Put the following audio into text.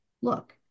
look